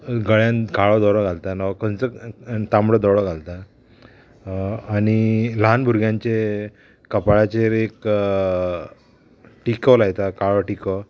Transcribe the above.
गळ्यान काळो दोरो घालता न खंयचो तांबडो दोरो घालता आनी ल्हान भुरग्यांचे कपाळाचेर एक टिको लायता काळो टिको